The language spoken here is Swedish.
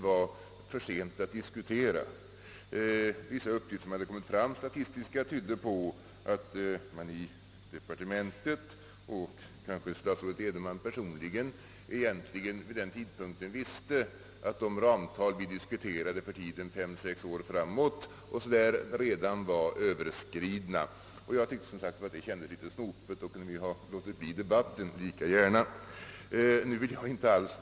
Vissa uppgifter som statistiskt hade kommit fram tydde på att man i departementet vid den tidpunkten egentligen visste — kanske även statsrådet Edenman personligen — att de ramtal vi diskuterade för en tid av fem till sex år framåt redan var överskridna. Jag tyckte att det kändes litet snopet. Vi kunde lika gärna ha låtit bli att debattera.